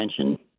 attention